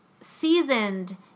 seasoned